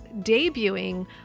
debuting